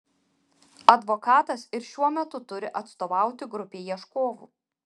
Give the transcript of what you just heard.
advokatas ir šiuo metu turi atstovauti grupei ieškovų